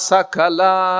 Sakala